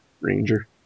ranger